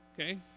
okay